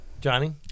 Johnny